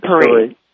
Parade